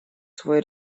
свой